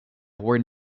where